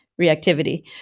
reactivity